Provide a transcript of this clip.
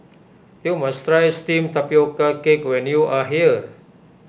you must try Steamed Tapioca Cake when you are here